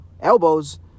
elbows